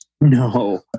no